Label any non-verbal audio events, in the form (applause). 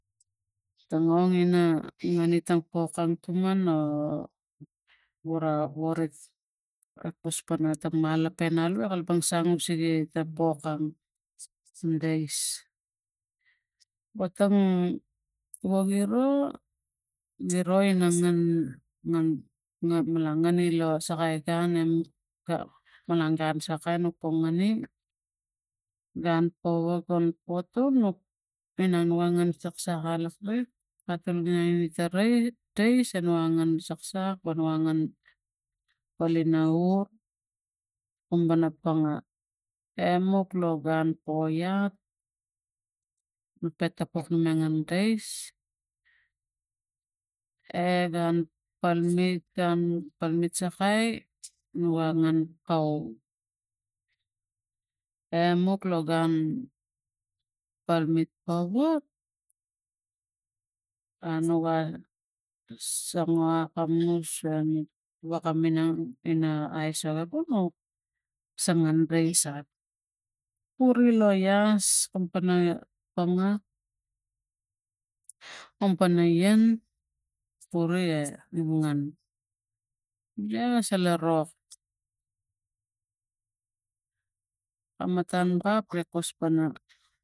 Ta ong ina ngan i tang otang tuma gura gorik kuspana tam malopen alu e kalapang sang usege ta pakam dais watang wok giro giro ina ngan ngan malang ngani lo gun sakai malang gun sakai nu pa ngani gun powak gun potul nuk minang nu a ngan saksakai lo prits katul inang ta rais dais e nu a ngan saksak e nu a ngan palina ur kum pana panga emuk lo (hesitation) (unintelligible) gun palmet gun palmet sakai nu a ngan kau e muk lo gun palmet powak anu ga sangua akamus anlek waka minang ina aisok apung na sangan rais anu puri lo las kampana ponga kom pana ian puri a ngan ne ga sala rok kam mata gun i kuspana.